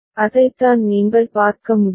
அதைத்தான் நீங்கள் பார்க்க முடியும்